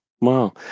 Wow